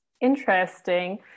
Interesting